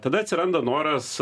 tada atsiranda noras